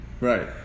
Right